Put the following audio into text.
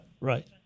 Right